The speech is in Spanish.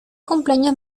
cumpleaños